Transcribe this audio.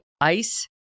ice